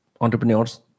entrepreneurs